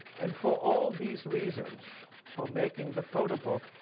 and for all these reasons for making the photo book,